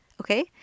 okay